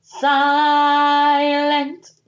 silent